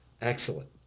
Excellent